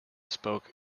spoke